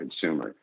consumer